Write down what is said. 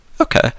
okay